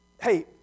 Hey